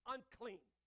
Unclean